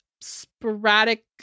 sporadic